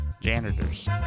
Janitors